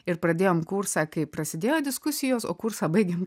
ir pradėjom kursą kai prasidėjo diskusijos o kursą baigėm